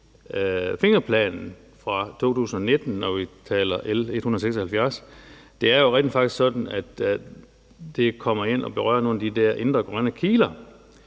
fingerplanen fra 2019. For det er jo rent faktisk sådan, at det kommer ind at berøre nogle af de indre grønne kiler,